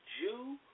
Jew